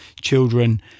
children